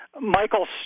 michael